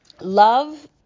love